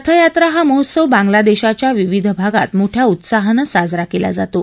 रथयात्रा हा महोत्सव बांगलादेशाच्या विविध भागात मोठया उत्साहानं साजरा केला जातो